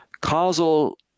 causal